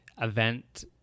event